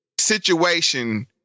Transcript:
situation